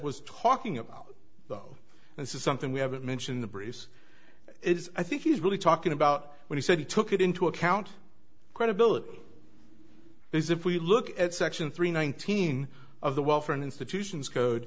was talking about though and this is something we haven't mentioned the breeze is i think he's really talking about when he said he took it into account credibility is if we look at section three nineteen of the welfare and institutions code